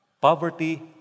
Poverty